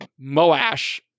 Moash